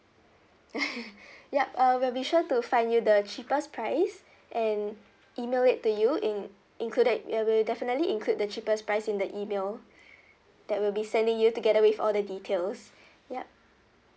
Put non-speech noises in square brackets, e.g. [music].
[laughs] [breath] ya uh we'll be sure to find you the cheapest price [breath] and email it to you in included ya we'll definitely include the cheapest price in the email [breath] that we'll be sending you together with all the details [breath] ya